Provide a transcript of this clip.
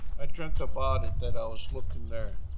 i dreamt about it that i was looking there.